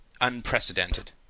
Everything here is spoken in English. unprecedented